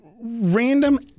random